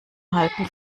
halten